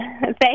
Thank